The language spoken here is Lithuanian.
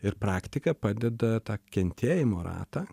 ir praktika padeda tą kentėjimo ratą